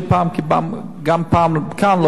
כי גם כאן לא היה טוב,